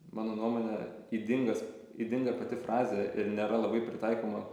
mano nuomone ydingas ydinga pati frazė ir nėra labai pritaikoma